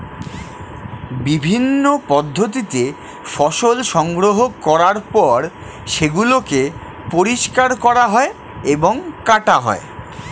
বিভিন্ন পদ্ধতিতে ফসল সংগ্রহ করার পর সেগুলোকে পরিষ্কার করা হয় এবং কাটা হয়